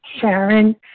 Sharon